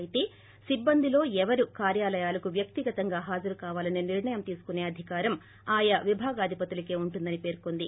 అయితే సిబ్బందిలో ఎవరు కార్యాలయాలకు వ్యక్తిగతంగా హాజరు కావాలసే నిర్ణయం తీసుకునే అధికారం ఆయా విభాగాధిపతులకే ఉంటుందని పేర్చింది